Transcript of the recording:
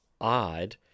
odd